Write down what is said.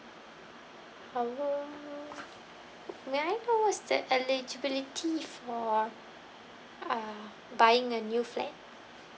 our may I know what's the eligibility for uh buying a new flat